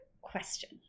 question